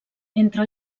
entre